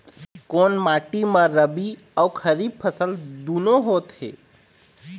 कोन माटी म रबी अऊ खरीफ फसल दूनों होत हे?